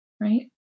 right